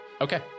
Okay